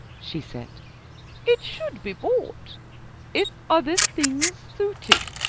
she said it should be bought if other things suited.